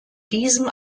diesem